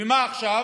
ומה עכשיו,